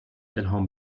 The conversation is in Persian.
الهام